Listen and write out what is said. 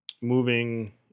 moving